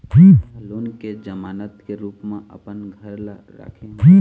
में ह लोन के जमानत के रूप म अपन घर ला राखे हों